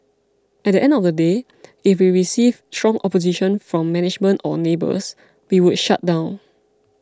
at the end of the day if we received strong opposition from management or neighbours we would shut down